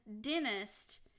dentist